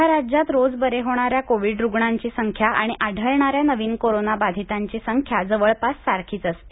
सध्या राज्यात रोज बरे होणाऱ्या कोविड रुग्णांची संख्या आणि आढळणाऱ्या नवीन कोरोना बाधितांची संख्या जवळपास सारखीच असते